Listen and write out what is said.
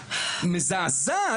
כעמדת ממשלה,